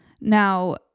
Now